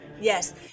Yes